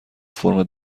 فرم